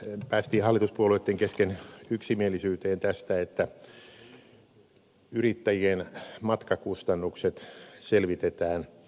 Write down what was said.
sitten päästiin hallituspuolueitten kesken yksimielisyyteen tästä että yrittäjien matkakustannukset selvitetään kokonaisvaltaisesti